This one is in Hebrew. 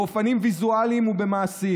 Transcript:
באופנים ויזואליים ובמעשים,